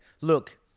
look